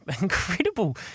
incredible